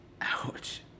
Ouch